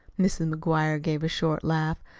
mrs. mcguire gave a short laugh.